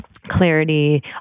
clarity